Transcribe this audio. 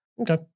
Okay